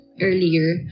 Earlier